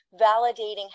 validating